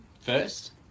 first